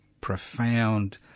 profound